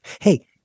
Hey